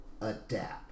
adapt